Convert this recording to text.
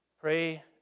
Pray